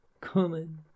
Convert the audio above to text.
Coming